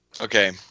Okay